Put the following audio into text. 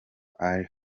ally